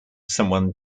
someone